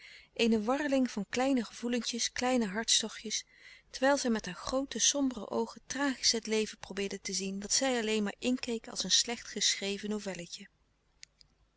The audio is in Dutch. eene warreling van kleine gevoelentjes kleine hartstochtjes terwijl zij met haar groote sombere oogen tragisch het leven probeerde te zien dat zij alleen maar inkeek als een slecht geschreven